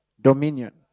Dominion